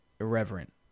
irreverent